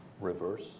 reverse